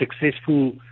successful